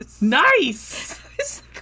Nice